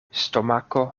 stomako